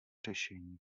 řešení